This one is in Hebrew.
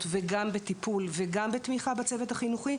וגם בטיפול וגם בתמיכה בצוות החינוכי,